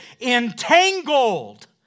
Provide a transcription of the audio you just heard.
entangled